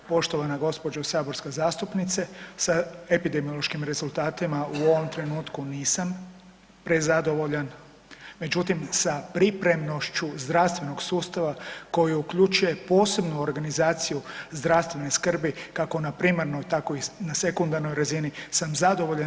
Poštovana gospođo saborska zastupnice, a epidemiološkim rezultatima u ovom trenutku nisam prezadovoljan, međutim sa pripremnošću zdravstvenog sustava koje uključuje posebnu organizaciju zdravstvene skrbi kako na primarnoj tako i na sekundarnoj razini sam zadovoljan.